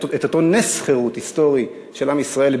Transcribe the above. את אותו נס חירות היסטורי של עם ישראל,